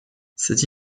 cette